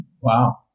Wow